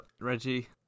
Reggie